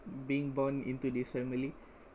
being born into this family